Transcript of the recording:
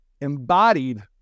embodied